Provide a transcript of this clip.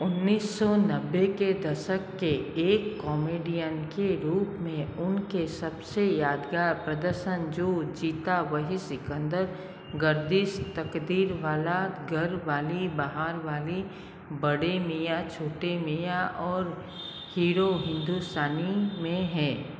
उन्नीस सौ नब्बे के दशक से एक कॉमेडियन के रूप में उनके सबसे यादगार प्रदर्शन जो जीता वही सिकंदर गर्दिश तक़दीरवाला घरवाली बहारवाली बड़े मियाँ छोटे मियाँ और हीरो हिंदुस्तानी में हैं